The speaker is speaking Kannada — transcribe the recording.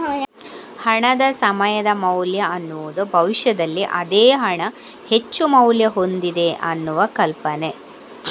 ಹಣದ ಸಮಯದ ಮೌಲ್ಯ ಅನ್ನುದು ಭವಿಷ್ಯದಲ್ಲಿ ಅದೇ ಹಣ ಹೆಚ್ಚು ಮೌಲ್ಯ ಹೊಂದಿದೆ ಅನ್ನುವ ಕಲ್ಪನೆ